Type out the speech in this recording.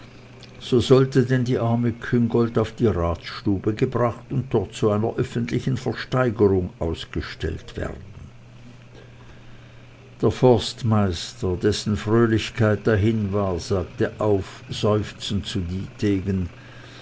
so sollte denn die arme küngolt auf die ratsstube gebracht und dort zu einer öffentlichen steigerung ausgestellt werden der forstmeister dessen fröhlichkeit dahin war sagte seufzend zu dietegen